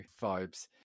vibes